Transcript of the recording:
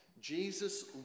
Jesus